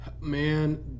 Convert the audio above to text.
Man